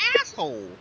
asshole